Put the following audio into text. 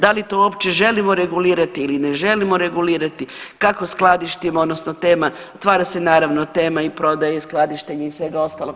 Da li to uopće želimo regulirati ili ne želimo regulirati, kako skladištimo odnosno tema, otvara se naravno tema i prodaje i skladištenja i svega ostalog.